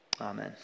Amen